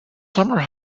summer